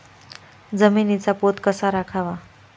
जमिनीचा पोत कसा राखावा?